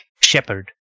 Shepherd